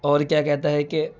اور کیا کہتا ہے کہ